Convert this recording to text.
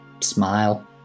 smile